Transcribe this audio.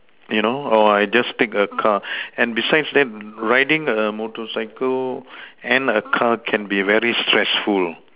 you know oh I just take the car and besides that's riding a motorcycle and a car can be very stressful